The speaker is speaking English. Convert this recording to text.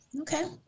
Okay